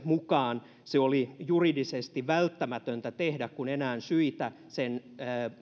mukaan se oli juridisesti välttämätöntä tehdä kun enää syitä sen